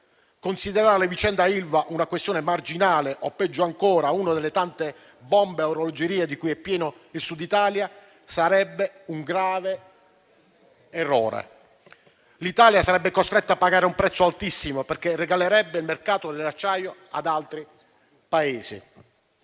Considerare la vicenda Ilva una questione marginale o, peggio ancora, una delle tante bombe a orologeria di cui è pieno il Sud Italia sarebbe un grave errore: l'Italia sarebbe costretta a pagare un prezzo altissimo, perché regalerebbe il mercato dell'acciaio ad altri Paesi.